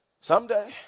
someday